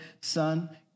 Son